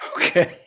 Okay